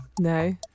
no